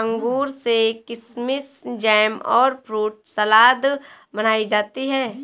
अंगूर से किशमिस जैम और फ्रूट सलाद बनाई जाती है